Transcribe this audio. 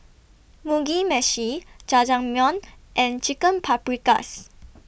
Mugi Meshi Jajangmyeon and Chicken Paprikas